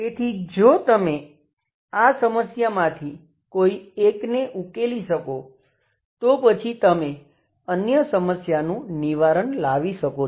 તેથી જો તમે આ સમસ્યામાંથી કોઈ એકને ઉકેલી શકો તો પછી તમે અન્ય સમસ્યાનું નિવારણ લાવી શકો છો